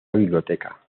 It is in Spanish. biblioteca